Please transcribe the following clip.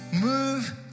move